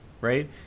Right